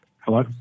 Hello